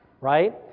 right